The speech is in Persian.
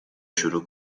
شروع